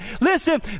listen